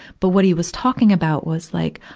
but what he was talking about was like,